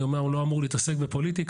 אני אומנם לא אמור להתעסק בפוליטיקה,